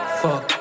fuck